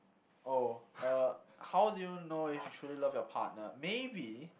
oh uh how do you know if you truly love your partner maybe